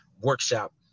workshop